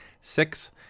six